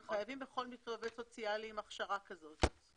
בכל מקרה אתם חייבים בעובד סוציאלי עם הכשרה כזאת.